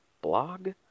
blog